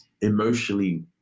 emotionally